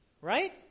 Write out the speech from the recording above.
right